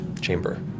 chamber